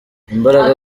imbaraga